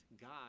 God